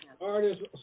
artists